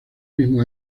mismo